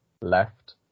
left